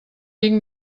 tinc